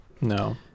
No